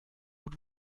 vous